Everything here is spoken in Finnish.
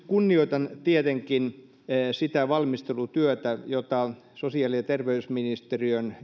kunnioitan tietenkin sitä valmistelutyötä jota yhdessä sosiaali ja ja terveysministeriön